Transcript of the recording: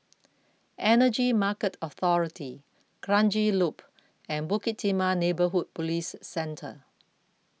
Energy Market Authority Kranji Loop and Bukit Timah Neighbourhood Police Centre